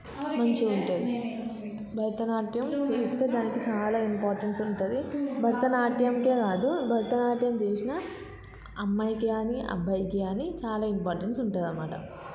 మంచిగా ఉంటుంది భరతనాట్యం చేస్తే మనకి చాలా ఇంపార్టెన్స్ ఉంటుంది భరతనాట్యంకే కాదు భరతనాట్యం చేసిన అమ్మాయికి కానీ అబ్బాయికి కానీ చాలా ఇంపార్టెన్స్ ఉంటుంది అన్నమాట